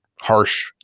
harsh